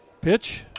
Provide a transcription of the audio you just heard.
pitch